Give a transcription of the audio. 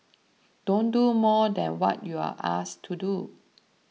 don't do more than what you're asked to do